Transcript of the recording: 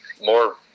more